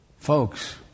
Folks